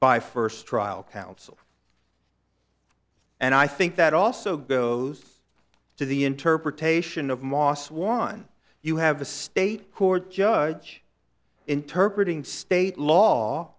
by first trial counsel and i think that also goes to the interpretation of mos one you have a state court judge interpret ing state law